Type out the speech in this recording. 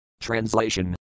Translation